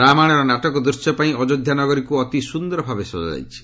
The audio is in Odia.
ରାମାୟଣର ନାଟକ ଦୃଶ୍ୟପାଇଁ ଅଯୋଧ୍ୟା ନଗରୀକୁ ଅତି ସୁନ୍ଦରଭାବେ ସଜା ଯାଇଛି